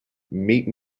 meet